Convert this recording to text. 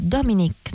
Dominic